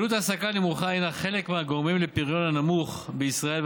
עלות העסקה נמוכה הינה אחד מהגורמים לפריון הנמוך בישראל,